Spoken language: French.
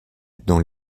dans